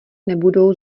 nebudou